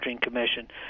commission